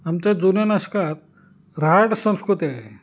आमच्या जुन्या नाशकात राहाड संस्कृती आहे